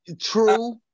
True